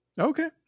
Okay